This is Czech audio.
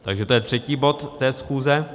Takže to je třetí bod té schůze.